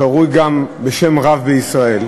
הקרוי גם בשם רב בישראל,